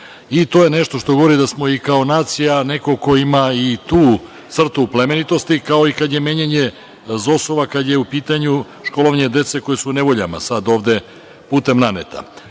To je nešto što govori da smo i kao nacija neko ko ima i tu crtu plemenitosti, kao i kada je menjanje ZOS-ova kada je u pitanju školovanje dece koja su u nevoljama sada ovde putem naneta. Kada